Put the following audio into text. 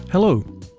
Hello